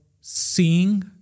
seeing